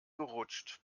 gerutscht